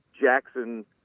Jackson